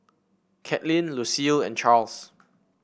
Katlin Lucile and Charles